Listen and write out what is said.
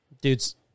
dude's